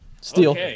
Steal